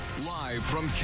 live from kprc,